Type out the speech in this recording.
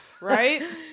Right